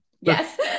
yes